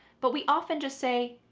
but we often just say,